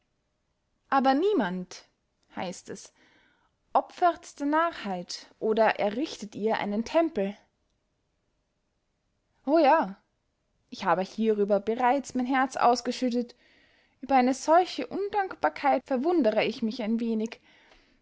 aber niemand heißt es opfert der narrheit oder errichtet ihr einen tempel o ja ich habe hierüber bereits mein herz ausgeschüttet über eine solche undankbarkeit verwundere ich mich ein wenig